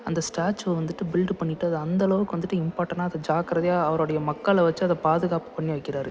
அந்த ஸ்டேச்சுவை வந்துவிட்டு பில்டு பண்ணிவிட்டு அது அந்தளவுக்கு வந்துவிட்டு இம்பார்ட்டனா அது ஜாக்கிரதையாக அவருடைய மக்களை வெச்சு அதை பாதுகாப்பு பண்ணி வைக்கிறார்